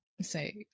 say